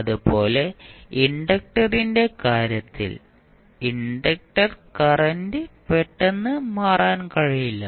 അതുപോലെ ഇൻഡക്റ്ററിന്റെ കാര്യത്തിൽ ഇൻഡക്റ്റർ കറന്റ് പെട്ടെന്ന് മാറാൻ കഴിയില്ല